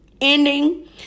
Ending